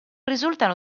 risultano